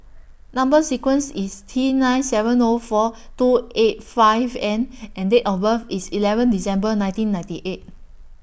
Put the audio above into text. Number sequence IS T nine seven O four two eight five N and Date of birth IS eleven December nineteen ninety eight